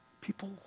People